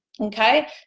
okay